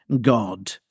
God